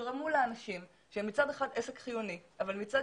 שיגרמו לאנשים שהם מצד אחד עסק חיוני אבל מצד